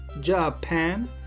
Japan